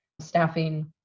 staffing